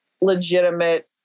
legitimate